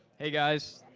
hey guys.